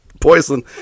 Poison